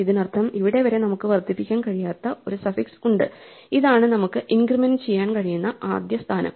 ഇതിനർത്ഥം ഇവിടെ വരെ നമുക്ക് വർദ്ധിപ്പിക്കാൻ കഴിയാത്ത ഒരു സഫിക്സ് ഉണ്ട് ഇതാണ് നമുക്ക് ഇൻക്രിമെന്റ് ചെയ്യാൻ കഴിയുന്ന ആദ്യ സ്ഥാനം